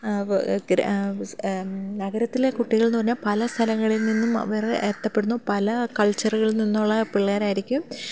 നഗരത്തിലെ കുട്ടികളെന്ന് പറഞ്ഞാൽ പല സ്ഥലങ്ങളിൽ നിന്നും അവർ എത്തപ്പെടുന്നു പല കൾച്ചറുകളിൽ നിന്നുള്ള പിള്ളേരായിരിക്കും